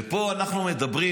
ופה אנחנו מדברים,